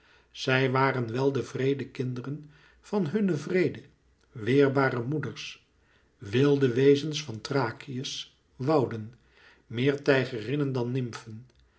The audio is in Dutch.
zij waren wèl de wreede kinderen van hunne wreede weerbare moeders wilde wezens van thrakië's wouden meer tijgerinnen dan nymfen